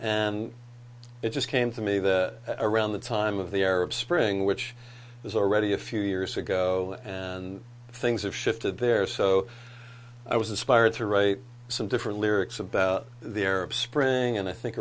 and it just came to me that around the time of the arab spring which was already a few years ago and things have shifted there so i was aspired to write some different lyrics about the arab spring and i think